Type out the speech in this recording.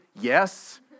Yes